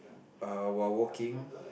uh while walking